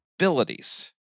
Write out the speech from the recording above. abilities